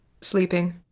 sleeping